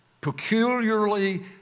peculiarly